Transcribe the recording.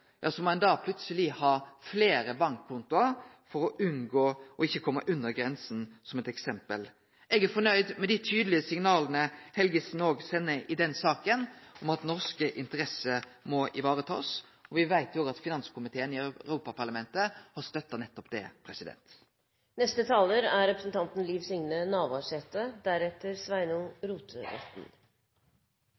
må ein plutseleg ha fleire bankkontoar for å unngå å kome over grensa – som eit eksempel. Eg er fornøgd med dei tydelege signala Helgesen òg sender i den saka, om at norske interesser må sikrast. Vi veit jo òg at finanskomiteen i Europaparlamentet har støtta nettopp det.